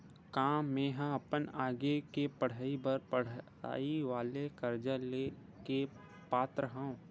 का मेंहा अपन आगे के पढई बर पढई वाले कर्जा ले के पात्र हव?